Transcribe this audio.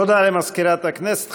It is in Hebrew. תודה למזכירת הכנסת.